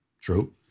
True